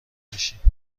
باشی